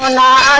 um la